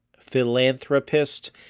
philanthropist